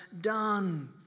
done